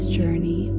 journey